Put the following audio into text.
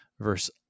verse